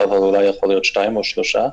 אבל אולי יכול להיות שתיים או שלוש.